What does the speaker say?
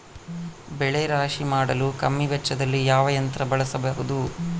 ಬೆಳೆ ರಾಶಿ ಮಾಡಲು ಕಮ್ಮಿ ವೆಚ್ಚದಲ್ಲಿ ಯಾವ ಯಂತ್ರ ಬಳಸಬಹುದು?